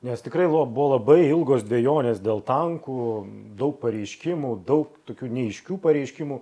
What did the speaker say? nes tikrai lo buvo labai ilgos dvejonės dėl tankų daug pareiškimų daug tokių neaiškių pareiškimų